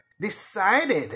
decided